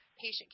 patient